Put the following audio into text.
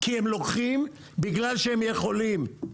כי הם לוקחים בגלל שהם יכולים,